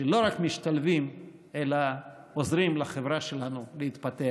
שלא רק משתלבים אלא עוזרים לחברה שלנו להתפתח.